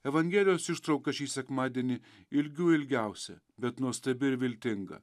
evangelijos ištrauka šį sekmadienį ilgių ilgiausia bet nuostabi ir viltinga